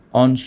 on